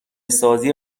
سازی